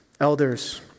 Elders